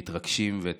ותכלס,